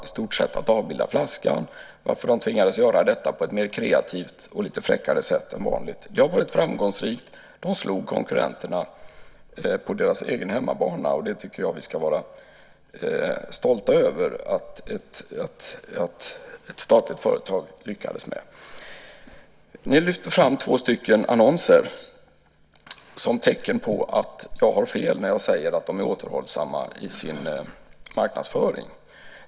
I stort sett avbildade man bara flaskan, och det tvingades man göra på ett mer kreativt och lite fräckare sätt än vanligt. Det har varit framgångsrikt. Man slog konkurrenterna på deras egen hemmaplan. Jag tycker att vi ska vara stolta över att ett statligt företag lyckades med detta. Ni lyfter fram två annonser som tecken på att jag har fel när jag säger att Vin & Sprit är återhållsamt i sin marknadsföring.